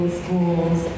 schools